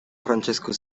francesco